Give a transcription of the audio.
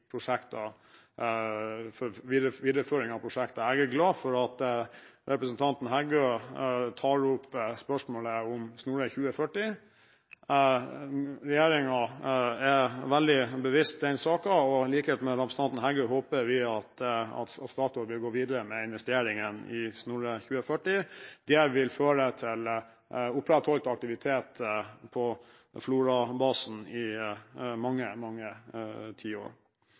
for videreføring av prosjekter. Jeg er glad for at representanten Heggø tar opp spørsmålet om Snorre 2040. Regjeringen er veldig bevisst på den saken, og i likhet med representanten Heggø håper vi at Statoil vil gå videre med investeringen i Snorre 2040. Det vil føre til opprettholdt aktivitet på Florabasen i mange, mange tiår.